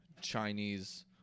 Chinese